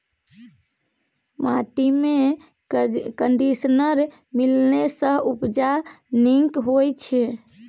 माटिमे कंडीशनर मिलेने सँ उपजा नीक होए छै